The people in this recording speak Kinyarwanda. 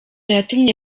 yatumye